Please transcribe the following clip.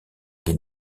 les